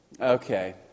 Okay